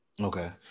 Okay